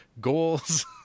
goals